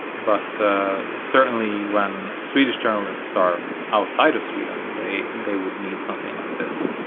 but certainly when swedish journalists are outside of sweden they they would need something like this.